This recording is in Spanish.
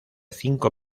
cinco